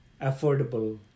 affordable